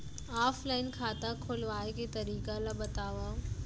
Offline खाता खोलवाय के तरीका ल बतावव?